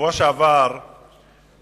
בשבוע שעבר נרצח